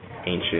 ancient